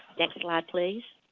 next slide please.